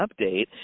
update